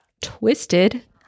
twisted